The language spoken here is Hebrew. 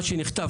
מה שנכתב,